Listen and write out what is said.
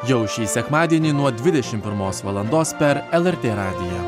jau šį sekmadienį nuo dvidešim pirmos valandos per lrt radiją